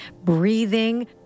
breathing